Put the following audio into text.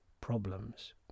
problems